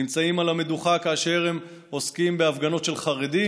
נמצאים על המדוכה כאשר הם עוסקים בהפגנות של חרדים,